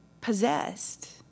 possessed